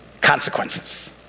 consequences